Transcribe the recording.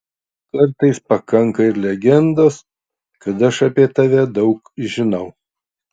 kartais pakanka ir legendos kad aš apie tave daug žinau